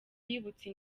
yibutse